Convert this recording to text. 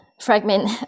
fragment